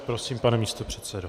Prosím, pane místopředsedo.